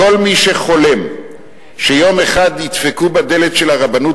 כל מי שחולם שיום אחד ידפקו בדלת של הרבנות